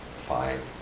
five